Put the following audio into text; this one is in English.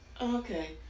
okay